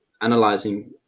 analyzing